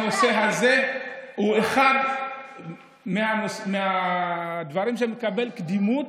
והנושא הזה הוא אחד מהדברים שמקבלים קדימות,